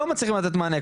הם לא מצליחים לתת מענה.